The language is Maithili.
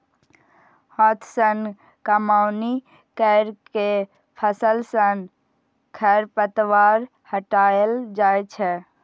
हाथ सं कमौनी कैर के फसल सं खरपतवार हटाएल जाए छै